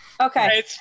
Okay